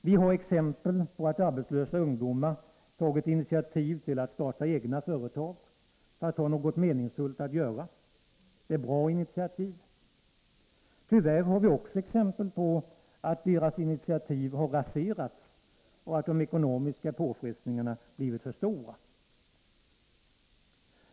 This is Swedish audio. Vi har exempel på att arbetslösa ungdomar tagit initiativ till att starta egna företag för att ha något meningsfullt att göra. Det är bra initiativ. Tyvärr har vi också exempel på att deras initiativ har raserats på grund av att de ekonomiska påfrestningarna blivit för stora.